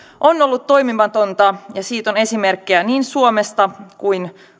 on ollut toimimatonta siitä on esimerkkejä niin suomesta kuin